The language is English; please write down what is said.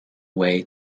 away